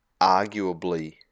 arguably